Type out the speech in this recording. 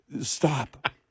stop